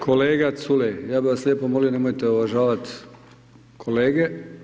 Kolega Culej, ja bi vas lijepo molio, nemojte omaložavat kolege.